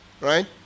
right